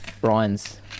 Brian's